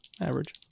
Average